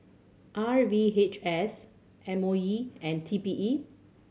R V H S M O E and T P E